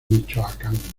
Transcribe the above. michoacán